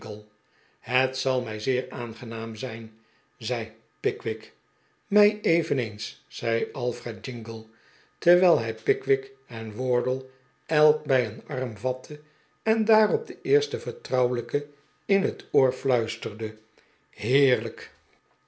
het zal mij zeer aangenaam zijn zei pickwick mij eveneens zei alfred jingle terwijl hij pickwick en wardle elk bij een arm vatte en daarop den eersten vertrouwelijk in het oor fluisterde heerlijk